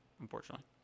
unfortunately